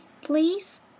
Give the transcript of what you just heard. Please